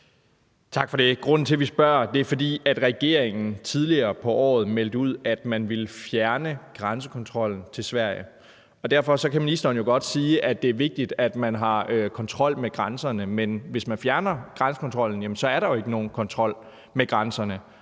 Tak for det. Grunden til, at vi spørger, er, at regeringen tidligere på året meldte ud, at man ville fjerne grænsekontrollen til Sverige. Derfor kan ministeren jo godt sige, at det er vigtigt, at man har kontrol med grænserne, men hvis man fjerner grænsekontrollen, jamen så er der jo ikke nogen kontrol med grænserne.